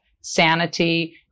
sanity